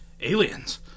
Aliens